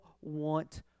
want